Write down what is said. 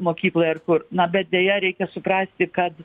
mokykloj ar kur na bet deja reikia suprasti kad